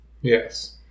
Yes